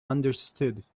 understood